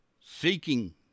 Seeking